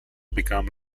become